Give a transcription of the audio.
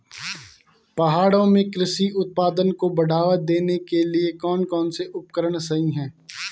पहाड़ों में कृषि उत्पादन को बढ़ावा देने के लिए कौन कौन से उपकरण सही हैं?